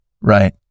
right